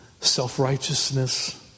self-righteousness